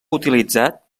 utilitzat